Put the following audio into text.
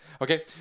okay